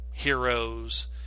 Heroes